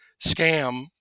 scam